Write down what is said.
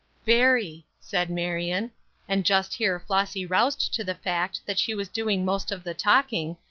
very, said marion and just here flossy roused to the fact that she was doing most of the talking,